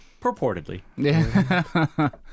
purportedly